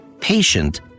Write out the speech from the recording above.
patient